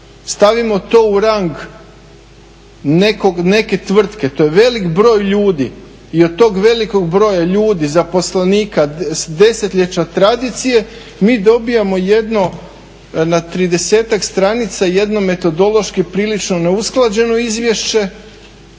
Stavimo to u rang neke tvrtke, to je velik broj ljudi i od tog velikog broja ljudi, zaposlenika, desetljeća tradicije mi dobijamo jedno na tridesetak stranica jednu metodološki prilično neusklađeno izvješće,